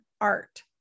art